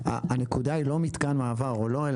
הנקודה היא לא מתקן מעבר או לא.